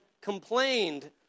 complained